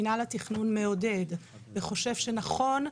מינהל התכנון מעודד וחושב שנכון,